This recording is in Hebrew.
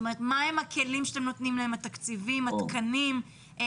מה הם הכלים התקציביים והתקנים שאתם נותנים להם?